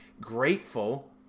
grateful